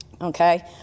Okay